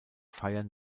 feiern